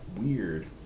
weird